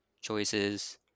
choices